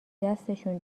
دستشون